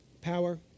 power